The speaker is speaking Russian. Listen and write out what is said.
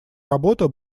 работа